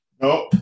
Nope